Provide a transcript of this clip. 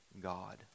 God